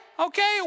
Okay